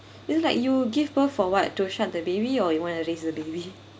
it's like you give birth for what to shut the baby or you want to raise the baby